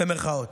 במירכאות.